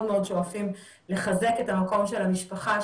מאוד מאוד שואפים לחזק את המקום של המשפחה,